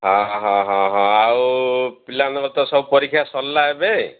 ହଁ ହଁ ହଁ ହଁ ଆଉ ପିଲାମାନଙ୍କର ତ ସବୁ ପରୀକ୍ଷା ସରିଲା ଏବେ